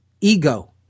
ego